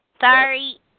Sorry